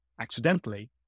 accidentally